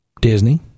Disney